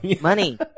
Money